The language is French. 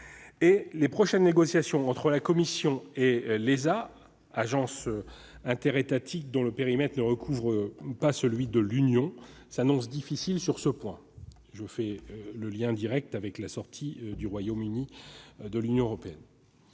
Les prochaines négociations entre la Commission et l'ESA, agence interétatique dont le périmètre ne recouvre pas celui de l'Union, s'annoncent difficiles sur ce point, encore plus depuis la sortie du Royaume-Uni de l'Union européenne.